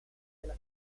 della